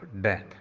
death